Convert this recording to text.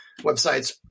websites